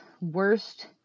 Worst